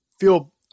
feel